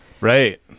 Right